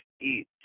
eat